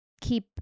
keep